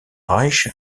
reich